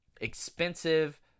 expensive